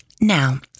Now